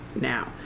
now